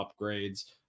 upgrades